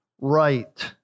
right